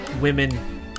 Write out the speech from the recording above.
women